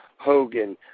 Hogan